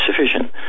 sufficient